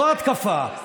זו ההתקפה.